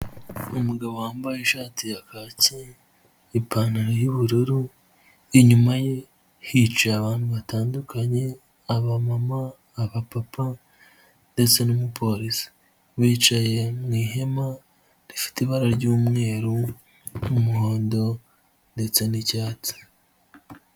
Umugabo wambaye ishati ya kaki, ipantaro y'ubururu inyuma ye hicaye abantu batandukanye aba mama, aba papa ndetse n'umupolisi wicaye mu ihema rifite ibara ry'umweru, umuhondo ndetse n'icyatsi.